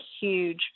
huge